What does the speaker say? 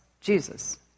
Jesus